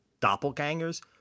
doppelgangers